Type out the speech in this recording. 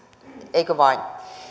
eikö vain